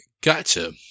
Gotcha